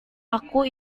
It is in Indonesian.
aku